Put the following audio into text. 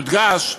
יודגש: